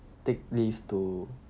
take lift to